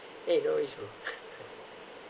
!hey! no it's true